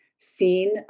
seen